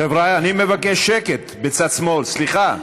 חבריא, אני מבקש שקט בצד שמאל, סליחה.